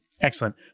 excellent